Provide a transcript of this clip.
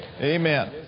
Amen